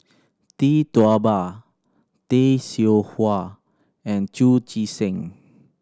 Tee Tua Ba Tay Seow Huah and Chu Chee Seng